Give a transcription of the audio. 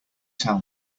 tell